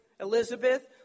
Elizabeth